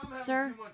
Sir